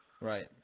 Right